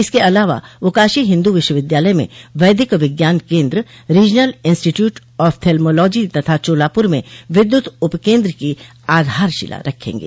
इसके अलावा वह काशी हिन्दू विश्वविद्यालय में वैदिक विज्ञान केन्द्र रीजनल इन्स्टीट्यूट ऑफ्थेल्मेलॉजी तथा चोलापुर में विद्युत उपकेन्द्र की आधार शिला रखेंगे